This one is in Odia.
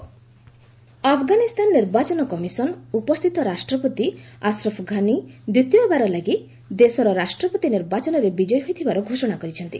ଆଫଗାନ ପ୍ରେସିଡେଣ୍ଟ ଆଫଗାନିସ୍ଥାନ ନିର୍ବାଚନ କମିଶନ ଉପସ୍ଥିତ ରାଷ୍ଟ୍ରପତି ଆସ୍ରଫ ଘାନୀ ଦ୍ୱିତୀୟବାର ଲାଗି ଦେଶର ରାଷ୍ଟ୍ରପତି ନିର୍ବାଚନରେ ବିଜୟୀ ହୋଇଥିବାର ଘୋଷଣା କରିଛି